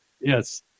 Yes